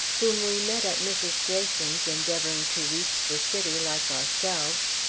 whom we met at mrs. greyson's, endeavoring to reach the city like ourselves,